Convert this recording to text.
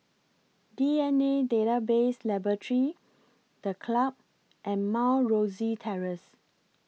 D N A Database Laboratory The Club and Mount Rosie Terrace